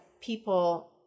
people